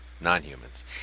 non-humans